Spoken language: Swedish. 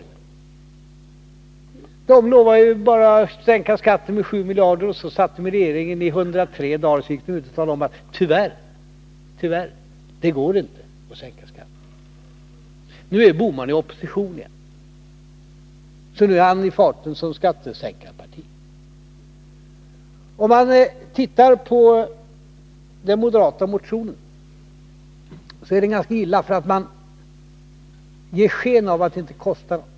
Moderaterna lovade ju att sänka skatten med 7 miljarder, men så satt de i regeringen i 103 dagar, och då gick de ut och förkunnade: Det går tyvärr inte att sänka skatten. — Nu är herr Bohman i opposition igen, så nu är han i farten som skattesänkare. Om man ser på den moderata motionen, finner man att motionärerna vill ge sken av att skattesänkningar inte kostar någonting.